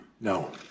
No